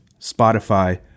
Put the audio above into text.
Spotify